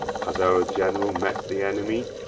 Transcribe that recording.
has our general met the enemy?